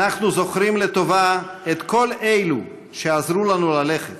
אנחנו זוכרים לטובה את כל אלו שעזרו לנו ללכת,